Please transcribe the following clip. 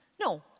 No